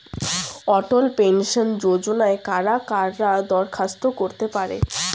অটল pension যোজনায় কারা কারা দরখাস্ত করতে পারে?